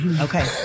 Okay